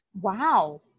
Wow